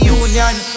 union